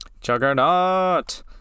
Juggernaut